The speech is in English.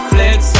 Flex